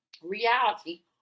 reality